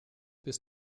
bis